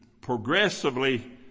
progressively